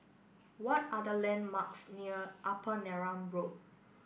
what are the landmarks near Upper Neram Road